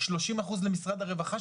30% למשרד הרווחה,